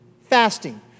fasting